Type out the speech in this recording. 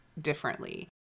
differently